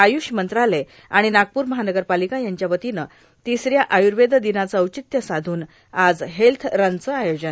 आयुष मंत्रालय आणि नागपूर महानगरपालिका यांच्या वतीनं तिसऱ्या आयुर्वेद दिनाचं औचित्य साधून आज हेल्थ रनचं आयोजन